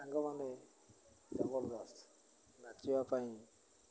ସାଙ୍ଗମାନେ double glass ନାଚିବା ପାଇଁ